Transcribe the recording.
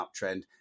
uptrend